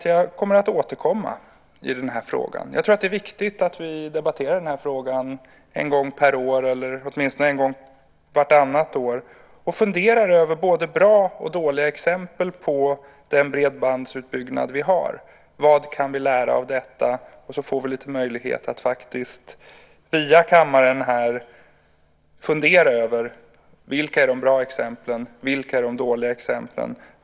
Jag kommer att återkomma i den här frågan. Jag tror att det är viktigt att vi debatterar den här frågan en gång per år, eller åtminstone vartannat år, och funderar över både bra och dåliga exempel på den bredbandsutbyggnad vi har och vad vi kan lära av detta. Så får vi möjlighet att via kammaren fundera över vilka som är de bra exemplen och vilka som är de dåliga exemplen.